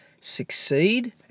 succeed